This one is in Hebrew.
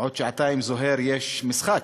עוד שעתיים, זוהיר, יש משחק,